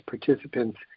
participants